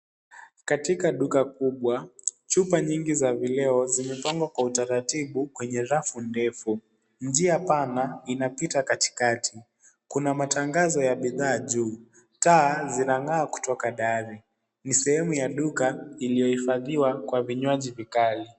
Katika duka kubwa, chupa nyingi za vileo zimepangwa kwa utaratibu kwenye rafu ndefu. Njia pana inapita katikati. Kuna matangazo ya bidhaa juu. Taa zinang'aa kutoka dari. Ni sehemu ya duka iliyohifadhiwa kwa vinywaji vikali.